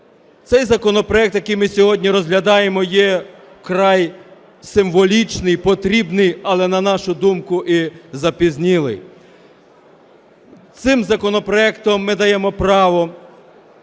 Цей законопроект, який ми сьогодні розглядаємо, є вкрай символічний і потрібний, але на нашу думку і запізнілий. Цим законопроектом ми даємо право